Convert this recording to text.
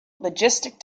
logistic